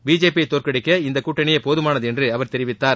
BJP யை தோற்கடிக்க இந்தக் கூட்டணியே போதுமானது என்று அவர் தெரிவித்தார்